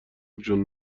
جون